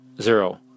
zero